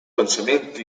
pensament